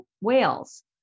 whales